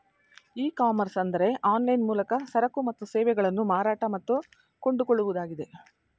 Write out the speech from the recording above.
E commerce ಅಂದರೆ online ಮೂಲಕ ಸರಕು ಮತ್ತು ಸೇವೆಗಳನ್ನು ಮಾರಾಟ ಮತ್ತು ಕೊಂಡುಕೊಳ್ಳುವುದಾಗಿದೆ